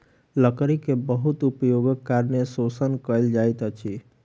लकड़ी के बहुत उपयोगक कारणें शोषण कयल जाइत अछि